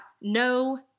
no